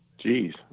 Jeez